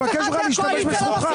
להשתמש בזכותך ותשאל.